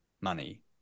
money